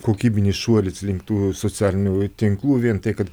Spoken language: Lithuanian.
kokybinis šuolis link tų socialinių tinklų vien tai kad